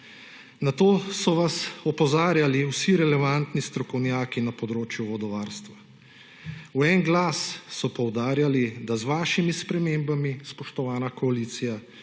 Na to so vas opozarjali vsi relevantni strokovnjaki na področju vodovarstva. V en glas so poudarjali, da z vašimi spremembami, spoštovana koalicija,